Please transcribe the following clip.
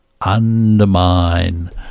undermine